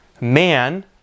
Man